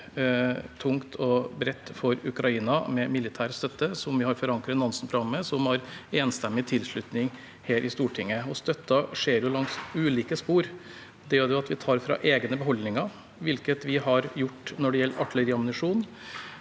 tungt og bredt for Ukraina med militær støtte, som vi har forankret i Nansen-programmet, som har enstemmig tilslutning her i Stortinget. Støtten skjer langs ulike spor, ved at vi tar fra egne beholdninger, hvilket vi har gjort når det gjelder artilleriammunisjon,